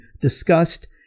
discussed